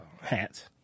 Hats